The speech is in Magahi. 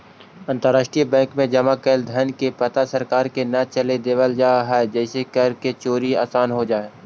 अंतरराष्ट्रीय बैंक में जमा कैल धन के पता सरकार के न चले देवल जा हइ जेसे कर के चोरी आसान हो जा हइ